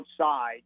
outside